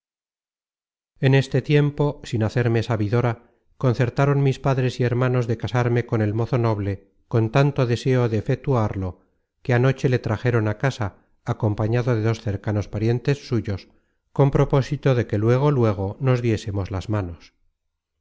en este tiempo sin hacerme sabidora concertaron mis padres y hermanos content from google book search generated at de casarme con el mozo noble con tanto deseo de efetuarlo que anoche le trajeron a casa acompañado de dos cercanos parientes suyos con propósito de que luego luego nos diésemos las manos